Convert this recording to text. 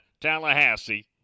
Tallahassee